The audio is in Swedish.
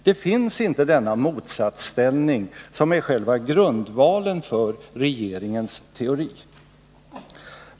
Det finns inte denna motsatsställning som är själva grundvalen för regeringens teori.